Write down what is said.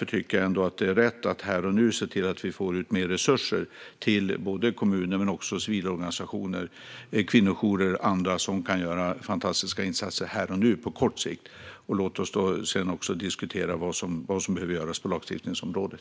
Jag tycker därför att det är rätt att vi här och nu ser till att få ut mer resurser till kommuner, civilorganisationer, kvinnojourer och andra som kan göra fantastiska insatser på kort sikt. Låt oss sedan diskutera vad som behöver göras på lagstiftningsområdet.